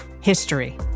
HISTORY